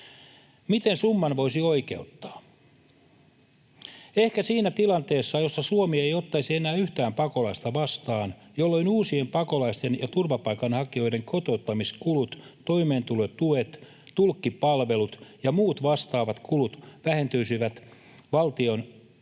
Miten summan voisi oikeuttaa? Ehkä siinä tilanteessa, jossa Suomi ei ottaisi enää yhtään pakolaista vastaan, jolloin uusien pakolaisten ja turvapaikanhakijoiden kotouttamiskulut, toimeentulotuet, tulkkipalvelut ja muut vastaavat kulut vähentyisivät valtion ja kuntien